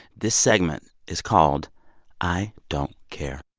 this segment is called i don't care